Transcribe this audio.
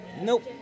Nope